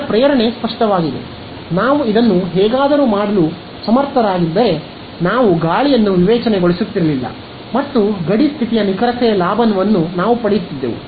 ಇದರ ಪ್ರೇರಣೆ ಸ್ಪಷ್ಟವಾಗಿದೆ ನಾವು ಇದನ್ನು ಹೇಗಾದರೂ ಮಾಡಲು ಸಮರ್ಥರಾಗಿದ್ದರೆ ನಾವು ಗಾಳಿಯನ್ನು ವಿವೇಚನೆಗೊಳಿಸುತ್ತಿರಲಿಲ್ಲ ಮತ್ತು ಗಡಿ ಸ್ಥಿತಿಯ ನಿಖರತೆಯ ಲಾಭವನ್ನು ನಾವು ಪಡೆಯುತ್ತಿದ್ದೆವು